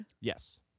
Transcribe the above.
Yes